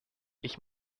ich